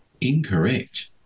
Incorrect